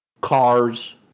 Cars